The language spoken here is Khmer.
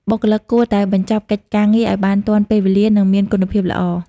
បុគ្គលិកគួរតែបញ្ចប់កិច្ចការងារឲ្យបានទាន់ពេលវេលា និងមានគុណភាពល្អ។